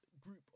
group